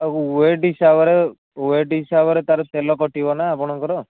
wait ହିସାବରେ weight ହିସାବରେ ତା'ର ତେଲ କଟିବ ନା ଆପଣଙ୍କର